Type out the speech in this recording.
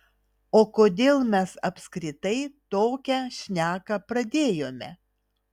o kodėl mes apskritai tokią šneką pradėjome